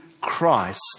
Christ